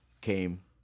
came